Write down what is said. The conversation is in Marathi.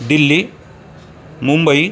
दिल्ली मुंबई